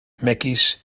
megis